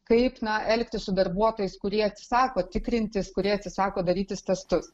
kaip elgtis su darbuotojais kurie atsisako tikrintis kurie atsisako darytis testus